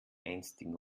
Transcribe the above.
einstigen